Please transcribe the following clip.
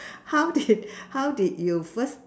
how did how did you first